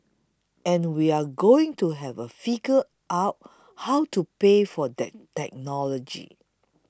and we're going to have to figure out how to pay for that technology